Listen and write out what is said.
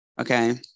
okay